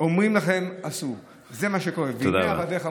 אומרים לכם עשו, זה מה שקורה, "והנה עבדיך מֻכים".